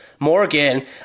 Morgan